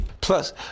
Plus